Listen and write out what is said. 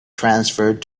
transferred